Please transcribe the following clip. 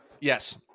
yes